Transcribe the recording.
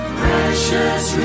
precious